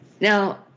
now